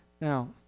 Now